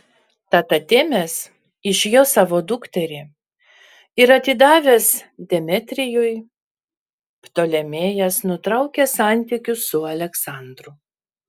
tad atėmęs iš jo savo dukterį ir atidavęs demetrijui ptolemėjas nutraukė santykius su aleksandru